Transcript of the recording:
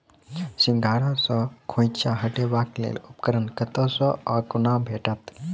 सिंघाड़ा सऽ खोइंचा हटेबाक लेल उपकरण कतह सऽ आ कोना भेटत?